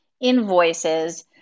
invoices